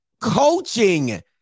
Coaching